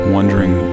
Wondering